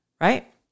right